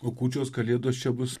o kūčios kalėdos čia bus